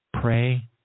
pray